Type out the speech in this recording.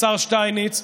השר שטייניץ,